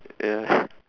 yeah